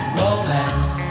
romance